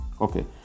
Okay